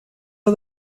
are